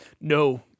No